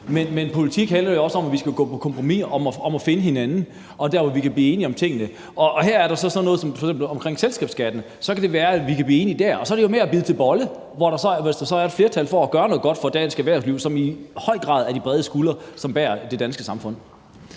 jo også om, at vi skal gå på kompromis og finde hinanden og dér, hvor vi kan blive enige om tingene. Og her er der så noget, der handler om selskabsskatten, og så kan det være, at vi kan blive enige dér. Så er det jo om at bide til bolle, hvis der er et flertal for at gøre noget godt for dansk erhvervsliv, som i høj grad er de brede skuldre, som bærer det danske samfund.